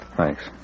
Thanks